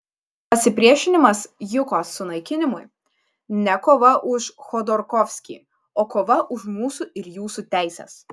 pasipriešinimas jukos sunaikinimui ne kova už chodorkovskį o kova už mūsų ir jūsų teises